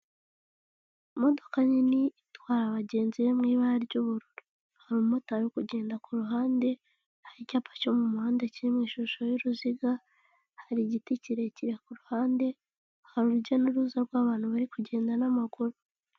Imodoka nini itwara abagenzi be mu ibara ry'ubururu hari umumotari uri kugenda ku ruhande hari icyapa cyo mu muhanda kiririmo ishusho y'uruziga, hari igiti kirekire ku ruhande, hari urujya n'uruza rw'abantu bari kugenda n'amaguru.